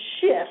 shift